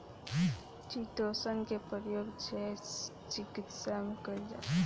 chitosan के प्रयोग जैव चिकित्सा में कईल जाला